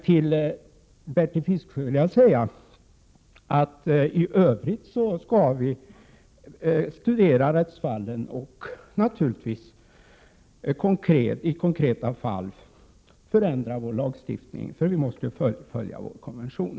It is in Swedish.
Till Bertil Fiskesjö vill jag säga att vi i övrigt skall studera rättsfallen och i konkreta fall naturligtvis förändra vår lagstiftning. Vi måste ju följa konventionen.